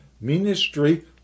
ministry